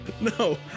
No